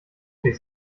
krieg